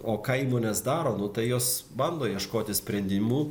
o ką įmonės daro nu tai jos bando ieškoti sprendimų